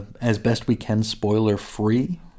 as-best-we-can-spoiler-free